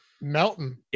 Melton